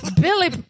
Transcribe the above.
Billy